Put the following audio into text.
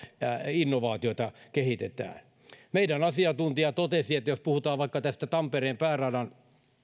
innovaatioita kehitetään meidän asiantuntija totesi että jos puhutaan vaikka tästä tampereen pääradan